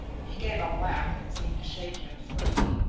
he gave a laugh that seemed to shake him free.